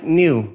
new